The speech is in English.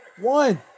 one